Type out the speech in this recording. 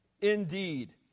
indeed